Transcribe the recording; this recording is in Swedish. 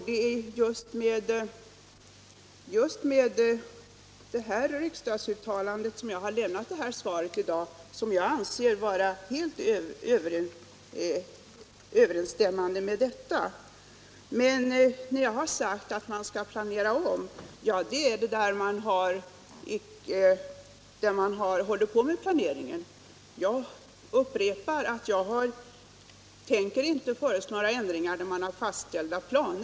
Det är just mot bakgrund av riksdagens nämnda uttalande som jag har lämnat mitt svar i dag, som jag anser vara helt överensstämmande med det uttalandet. När jag sagt att man skall planera om, avser jag de kommuner där man håller på med planeringen. Jag upprepar att jag inte tänker föreslå några ändringar för de kommuner där man har fastställda planer.